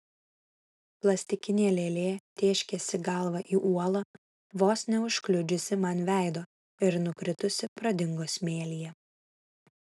plastikinė lėlė tėškėsi galva į uolą vos neužkliudžiusi man veido ir nukritusi pradingo smėlyje